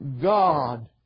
God